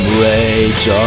rage